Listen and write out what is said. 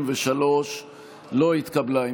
23 לא נתקבלה.